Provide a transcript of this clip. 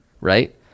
right